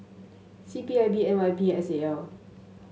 C P I B N Y P S A L